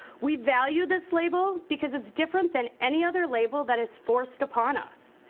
we value this label, because it's different than any other label that is forced upon us.